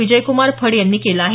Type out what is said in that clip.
विजयकुमार फड यांनी केलं आहे